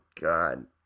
God